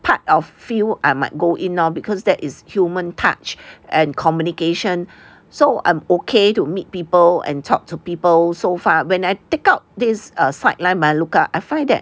part of field I might go in lor because that is human touch and communication so I'm okay to meet people and talk to people so far when I take out this err sideline melaleuca I find that